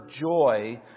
joy